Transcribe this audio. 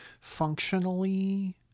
functionally